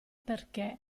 perché